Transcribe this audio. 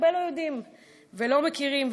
הרבה לא יודעים ולא מכירים,